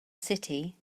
city